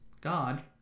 God